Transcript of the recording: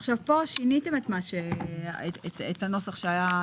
פה שיניתם את הנוסח שהיה,